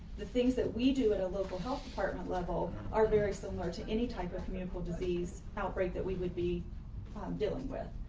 the things that we do at a local health department level are very similar to any type of communicable disease outbreak that we would be um dealing with.